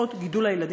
הוצאות גידול הילדים.